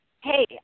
hey